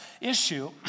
issue